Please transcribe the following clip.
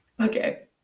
okay